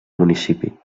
municipi